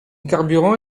carburant